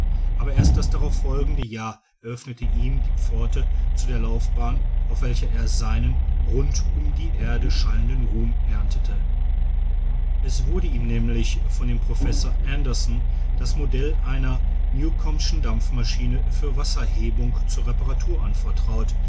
aber erst das darauf folgende jahr öffnete ihm die pforte zu der laufbahn auf welcher er seinen rund um die erde schallenden ruhm erntete es wurde ihm nämlich von dem professor andersen das modell einer newcome'schen dampfmaschine für wasserhebung zur reparatur anvertraut